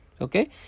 okay